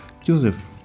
Joseph